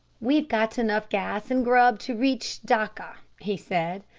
we've got enough gas and grub to reach dacca, he said.